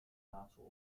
raadsel